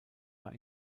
war